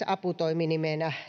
aputoiminimenä